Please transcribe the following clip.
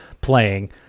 playing